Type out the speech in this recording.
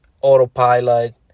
autopilot